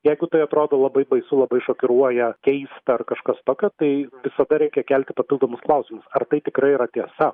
jeigu tai atrodo labai baisu labai šokiruoja keista ar kažkas tokio tai visada reikia kelti papildomus klausimus ar tai tikrai yra tiesa